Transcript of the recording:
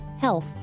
Health